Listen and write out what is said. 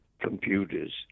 computers